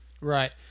Right